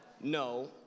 No